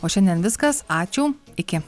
o šiandien viskas ačiū iki